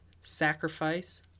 sacrifice